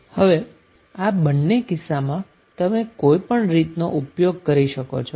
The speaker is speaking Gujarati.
હવે આ બંને કિસ્સામાં તમે કોઈ પણ રીતનો ઉપયોગ કરી શકો છો